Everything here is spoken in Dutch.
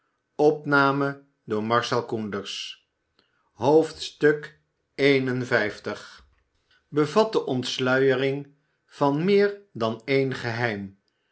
db ontsluiering van meer ban een geheim